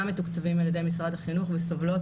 מתוקצבים על ידי משרד החינוך והן סובלות,